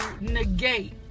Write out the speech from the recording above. negate